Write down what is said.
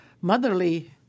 motherly